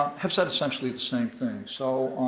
have said essentially the same thing. so